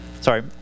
sorry